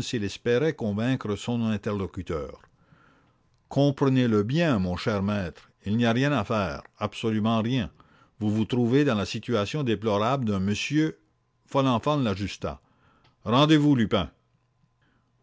s'il espérait convaincre son interlocuteur comprenez le bien mon cher maître il n'y a rien à faire absolument rien vous vous trouvez dans la situation déplorable d'un monsieur folenfant l'ajusta rendez-vous lupin